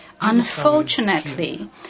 unfortunately